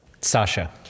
Sasha